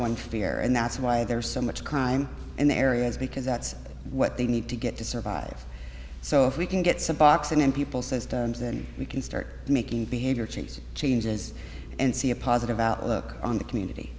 one fear and that's why there's so much crime in the areas because that's what they need to get to survive so if we can get suboxone in people's systems then we can stir making behavior changes changes and see a positive outlook on the community